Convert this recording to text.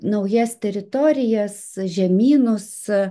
naujas teritorijas žemynus